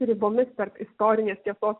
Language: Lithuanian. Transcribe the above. ribomis tarp istorinės tiesos